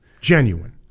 Genuine